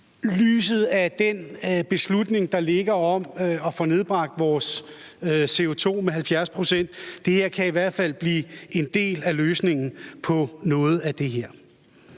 lyset af den beslutning, der ligger om at få nedbragt vores CO₂ med 70 pct. Det her kan i hvert fald blive en del af løsningen på noget af det.